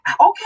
okay